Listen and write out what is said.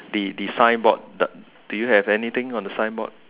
the the signboard do you have anything on the signboard